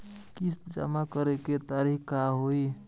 किस्त जमा करे के तारीख का होई?